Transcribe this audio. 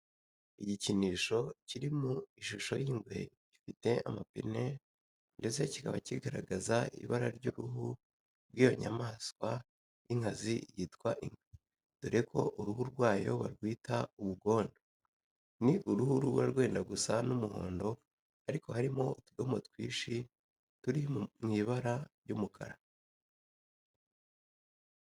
Igikinisho kiri mu ishusho y'ingwe gifite amapine ndetse kikaba kigaragaza ibara ry'uruhu rw'iyo nyamaswa y'inkazi yitwa ingwe dore ko uruhu rwayo barwita ubugondo. Ni uruhu ruba rwenda gusa n'umuhondo ariko harimo utudomo twinshi turi mu ibara ry'umukara.